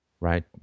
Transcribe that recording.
Right